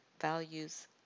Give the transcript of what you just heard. values